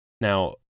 Now